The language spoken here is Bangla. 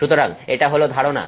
সুতরাং এটা হল ধারণা